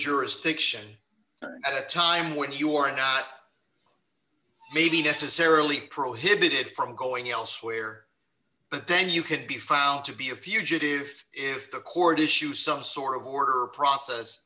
jurisdiction over time when you are not maybe necessarily prohibited from going elsewhere but then you could be found to be a fugitive if the court issues some sort of order or process